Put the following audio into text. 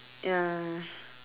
ya